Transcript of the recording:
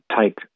take